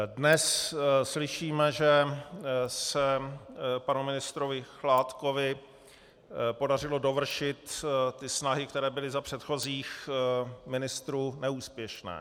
Dnes slyšíme, že se panu ministrovi Chládkovi podařilo dovršit snahy, které byly za předchozích ministrů neúspěšné.